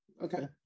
Okay